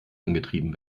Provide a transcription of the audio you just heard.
angetrieben